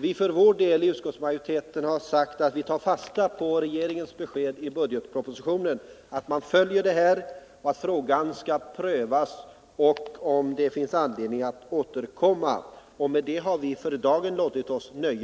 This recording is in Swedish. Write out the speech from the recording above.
Vi för vår del har sagt att utskottsmajoriteten tar fasta på regeringens besked i budgetpropositionen, att man följer frågan och att det skall prövas om det finns anledning att återkomma. För dagen har vi nöjt oss med